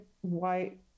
white